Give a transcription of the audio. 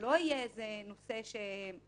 ולא יהיה איזה נושא שפרוץ